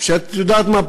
את יודעת מה?